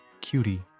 Cutie